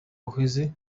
uheze